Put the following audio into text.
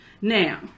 Now